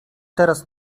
teraz